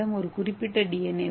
எங்களிடம் ஒரு குறிப்பிட்ட டி